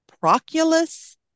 Proculus